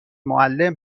معلم